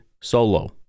solo